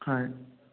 হয়